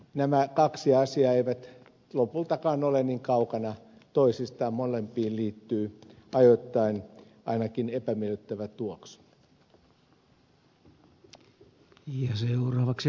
nämä kaksi asiaa eivät lopultakaan ole niin kaukana toisistaan molempiin liittyy ajoittain ainakin epämiellyttävä tuoksu